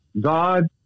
God